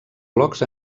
blogs